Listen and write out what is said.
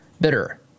bitter